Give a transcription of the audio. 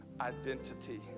identity